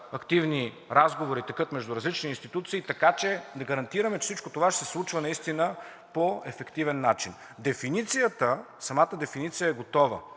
активни разговори текат между различни институции, така че да гарантираме, че всичко това ще се случва по ефективен начин. Самата дефиниция е готова,